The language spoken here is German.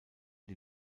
die